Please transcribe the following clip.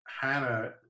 Hannah